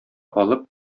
алып